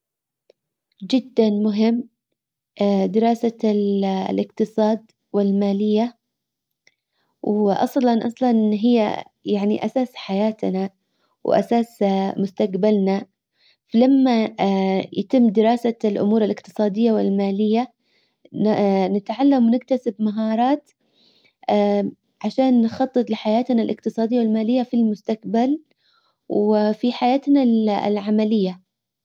جدا مهم دراسة الاقتصاد والمالية واصلا اصلا هي يعني اساس حياتنا. واساس مستجبلنا. لما يتم دراسة الامور الاقتصادية والمالية. نتعلم ونكتسب مهارات عشان نخطط لحياتنا الاقتصادية والمالية في المستقبل. وفي حياتنا العملية.